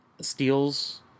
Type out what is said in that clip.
steals